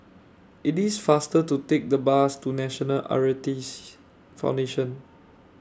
IT IS faster to Take The Bus to National Foundation